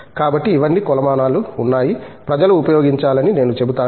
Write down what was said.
కాబట్టి ఇవన్నీ కొలమానాలు ఉన్నాయి ప్రజలు ఉపయోగించాలని నేను చెబుతాను